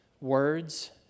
words